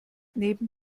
neben